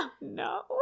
no